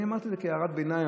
אני אמרתי את זה כהערת ביניים,